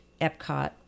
Epcot